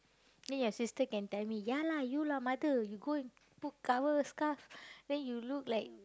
then your sister can tell me ya lah you lah mother you go and put cover scarf then you look like